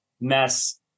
mess